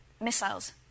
missiles